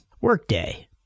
Workday